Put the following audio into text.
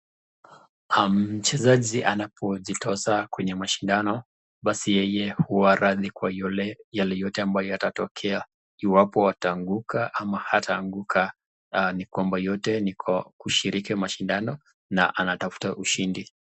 Mchezaji anapojitosa kwenye mashindano, basi yeye huwa radhi kwa yale yote ambayo yatatokea iwapo ataanguka ama hataanguka ni kwamba yote ni kwa kushiriki mashindano na anatafuta ushindi.